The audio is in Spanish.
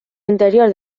interior